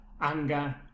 anger